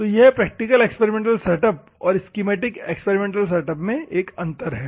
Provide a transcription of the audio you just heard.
तो यह practical experimental setup और स्कीमैटिक एक्सपेरिमेंटल सेटअप में एक अंतर है